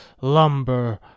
lumber